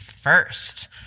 first